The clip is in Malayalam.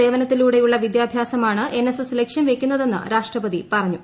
സേവനത്തിലൂടെയുള്ള വിദ്യാഭ്യാസമാണ് എൻഎസ്എസ് ലക്ഷ്യം വയ്ക്കുന്നതെന്ന് രാഷ്ട്രപതി പറഞ്ഞു